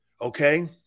Okay